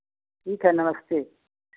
ठीक है नमस्ते